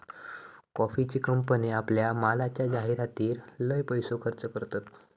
कॉफीचे कंपने आपल्या मालाच्या जाहीरातीर लय पैसो खर्च करतत